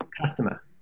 Customer